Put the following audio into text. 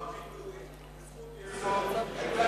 נכון, יפה.